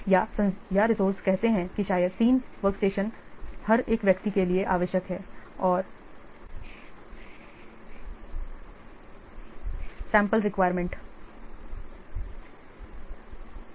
या रिसोर्स कहते हैं कि शायद 3 वर्क स्टेशन हर एक व्यक्ति के लिए आवश्यक है और P 2 के लिए मेरा मतलब गतिविधि 2 से है